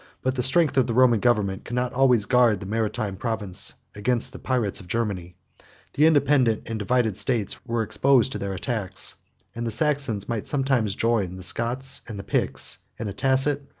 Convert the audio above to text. but the strength of the roman government could not always guard the maritime province against the pirates of germany the independent and divided states were exposed to their attacks and the saxons might sometimes join the scots and the picts, in a tacit,